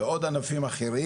ועוד ענפים אחרים.